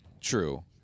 true